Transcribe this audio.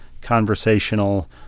conversational